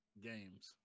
games